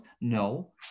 No